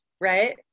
right